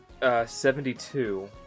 72